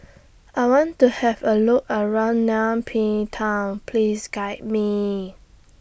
I want to Have A Look around Nay Pyi Town Please Guide Me